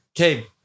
Okay